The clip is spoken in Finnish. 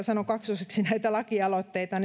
sanon kaksosiksi näitä lakialoitteita